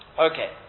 Okay